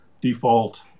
default